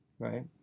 Right